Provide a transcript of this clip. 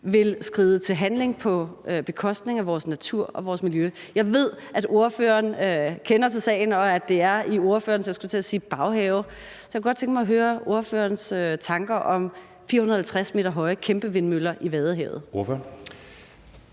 vil skride til handling på bekostning af vores natur og vores miljø. Jeg ved, at ordføreren kender til sagen, og at det er i ordførerens, jeg skulle til at sige baghave. Så jeg kunne godt tænke mig at høre ordførerens tanker om 450 m høje kæmpevindmøller i Vadehavet. Kl.